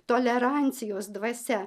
tolerancijos dvasia